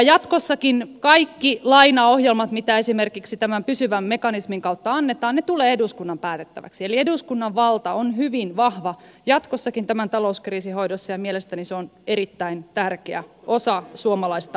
jatkossakin kaikki lainaohjelmat mitä esimerkiksi tämän pysyvän mekanismin kautta annetaan tulevat eduskunnan päätettäväksi eli eduskunnan valta on hyvin vahva jatkossakin tämän talouskriisin hoidossa ja mielestäni se on erittäin tärkeä osa suomalaista demokratiaa